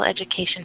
education